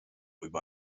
über